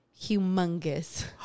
humongous